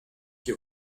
qui